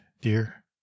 dear